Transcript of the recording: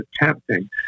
attempting